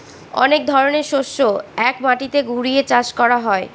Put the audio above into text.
অনেক ধরনের শস্য এক মাটিতে ঘুরিয়ে চাষ করা হয়